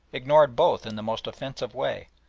ignored both in the most offensive way,